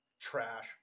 trash